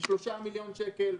ב-3 מיליון שקל?